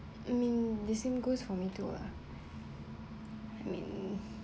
mean the same goes for me too uh I mean